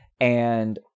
and-